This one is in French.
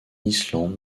islande